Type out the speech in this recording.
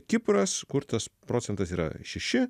kipras kur tas procentas yra šeši